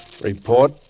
Report